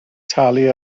talu